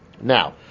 Now